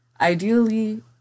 ideally